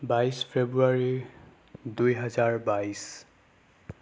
বাইছ ফেব্ৰুৱাৰী দুহেজাৰ বাইছ